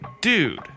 dude